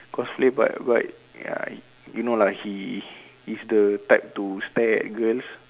cosplay but but ya you know lah he he's the type to stare at girls